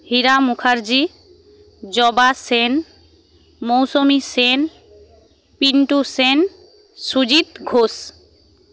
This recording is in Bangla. হীরা মুখার্জী জবা সেন মৌসমী সেন পিন্টু সেন সুজিত ঘোষ